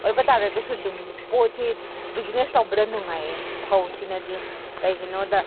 ꯑꯣꯏꯕ ꯇꯥꯔꯒꯁꯨ ꯑꯗꯨꯝ ꯄꯣꯠꯁꯤ ꯕꯤꯖꯤꯅꯦꯁ ꯇꯧꯗꯕ ꯅꯨꯡꯉꯥꯏꯌꯦ ꯐꯧꯁꯤꯅꯗꯤ ꯀꯩꯒꯤꯅꯣꯗ